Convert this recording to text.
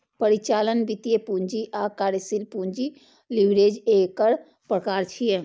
परिचालन, वित्तीय, पूंजी आ कार्यशील पूंजी लीवरेज एकर प्रकार छियै